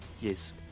yes